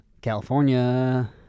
California